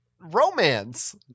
romance